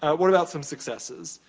what about some successes?